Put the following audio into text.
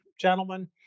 Gentlemen